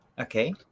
Okay